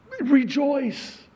rejoice